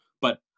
but-